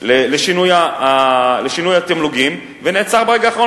לשינוי התמלוגים ונעצרה ברגע האחרון,